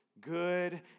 good